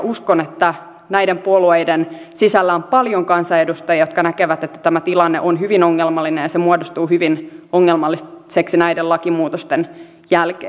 uskon että näiden puolueiden sisällä on paljon kansanedustajia jotka näkevät että tämä tilanne on hyvin ongelmallinen ja se muodostuu hyvin ongelmalliseksi näiden lakimuutosten jälkeen